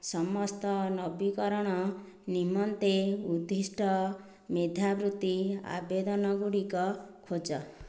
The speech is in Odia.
ସମସ୍ତ ନବୀକରଣ ନିମନ୍ତେ ଉଦ୍ଦିଷ୍ଟ ମେଧାବୃତ୍ତି ଆବେଦନ ଗୁଡ଼ିକ ଖୋଜ